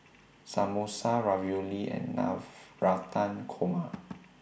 Samosa Ravioli and Navratan Korma